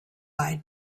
eyed